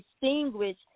distinguish